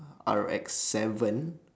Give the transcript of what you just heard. R X seven